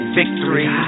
victory